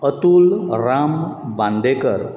Atul Ram Bandekar